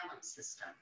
system